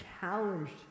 challenged